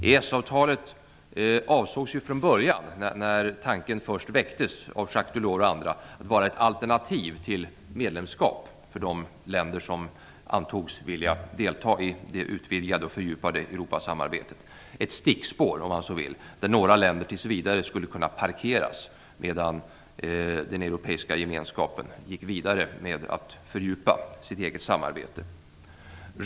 EES-avtalet avsågs ju från början, när tanken först väcktes av Jacques Delors och andra, vara ett alternativ till medlemskap för de länder som antogs vilja delta i det utvidgade och fördjupade Europasamarbetet. Det var ett stickspår, om man så vill, där några länder tills vidare skulle kunna parkeras medan den europeiska gemenskapen gick vidare med att fördjupa sitt eget samarbete.